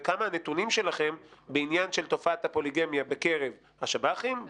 וכמה הנתונים שלכם בעניין של תופעת הפוליגמיה בקרב השב"חים,